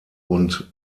und